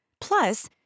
Plus